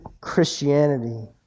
Christianity